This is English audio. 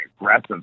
aggressive